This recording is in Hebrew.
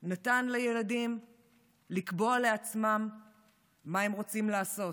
הוא נתן לילדים לקבוע לעצמם מה הם רוצים לעשות,